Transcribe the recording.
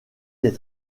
des